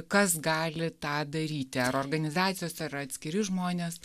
kas gali tą daryti ar organizacijos ar atskiri žmonės